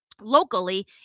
locally